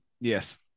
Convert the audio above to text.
Yes